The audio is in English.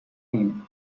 him